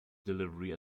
delivery